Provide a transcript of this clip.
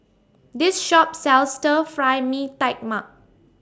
This Shop sells Stir Fry Mee Tai Mak